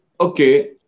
okay